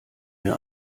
mir